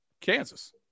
kansas